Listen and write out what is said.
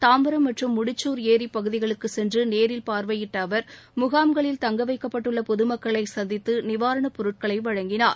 தாம்பரம் மற்றும் முடிச்சூர் ஏரி பகுதிகளுக்கு சென்று நேரில் பார்வையிட்ட அவர் முகாம்களில் தங்க வைக்கப்பட்டுள்ள பொது மக்களை சந்தித்து நிவாரணப் பொருட்களை வழங்கினார்